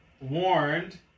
warned